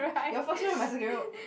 your first row my second row